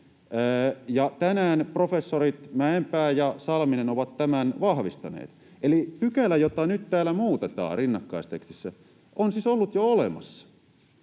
tänään professorit Mäenpää ja Salminen ovat tämän vahvistaneet. Eli pykälä, jota nyt täällä muutetaan rinnakkaistekstissä, on siis ollut jo olemassa,